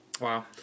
Wow